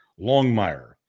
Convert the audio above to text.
Longmire